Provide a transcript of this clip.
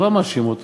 אני לא מאשים אותו,